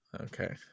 okay